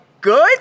Good